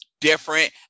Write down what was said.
different